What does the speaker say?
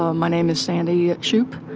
ah my name is sandy shupe.